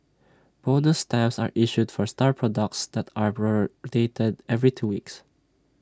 bonus stamps are issued for star products that are rotated every two weeks